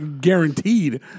Guaranteed